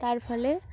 তার ফলে